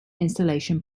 installation